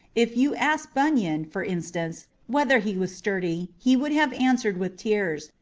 if you asked bunyan, for instance, whether he was sturdy, he would have answered with tears,